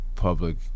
public